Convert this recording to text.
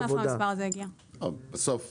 אני לא יודעת מהיכן הגיע המספר הזה.